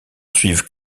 suivent